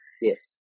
Yes